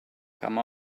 come